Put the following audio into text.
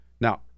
Now